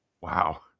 wow